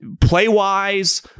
play-wise